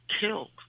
killed